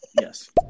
yes